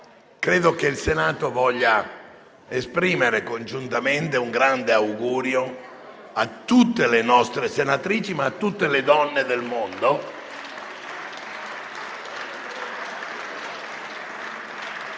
Credo che il Senato voglia esprimere congiuntamente un grande augurio a tutte le nostre senatrici e a tutte le donne del mondo